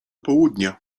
południa